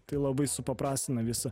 tai labai supaprastina visą